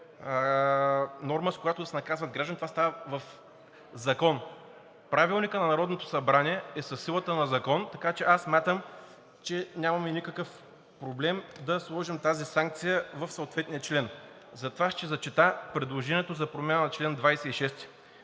с която да се наказват граждани, а това става в закон. Правилникът на Народното събрание е със силата на закон, така че аз смятам, че нямаме никакъв проблем да сложим тази санкция в съответния член. Затова ще зачета предложението за промяна на чл. 26,